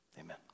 Amen